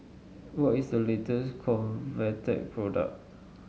what is the latest Convatec product